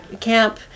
camp